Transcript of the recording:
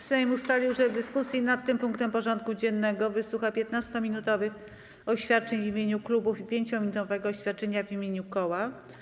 Sejm ustalił, że w dyskusji nad tym punktem porządku dziennego wysłucha 15-minutowych oświadczeń w imieniu klubów i 5-minutowego oświadczenia w imieniu koła.